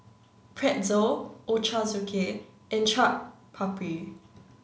Pretzel Ochazuke and Chaat Papri